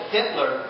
Hitler